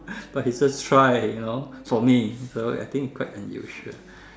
but he just try you know for me so I think its quite unusual